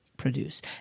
produce